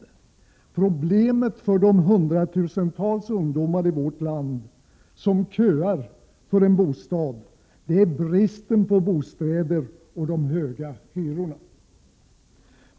Problemet för de hundratusentals ungdomar i vårt land som köar för en bostad är bristen på bostäder och de höga hyrorna.